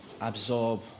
absorb